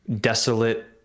desolate